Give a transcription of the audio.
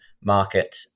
market